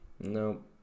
Nope